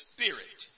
Spirit